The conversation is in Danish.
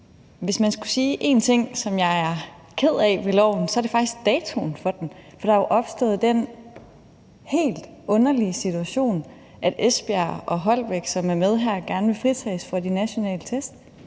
Hvis jeg skulle sige en ting, som jeg er ked af ved loven, er det faktisk datoen for den, for der er jo opstået den helt underlige situation, at Esbjerg Kommune og Holbæk Kommune, som er med her, gerne vil fritages for de nationale test,